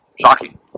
Shocking